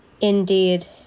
Indeed